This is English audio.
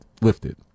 lifted